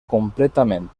completament